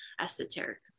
esoteric